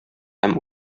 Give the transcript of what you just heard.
һәм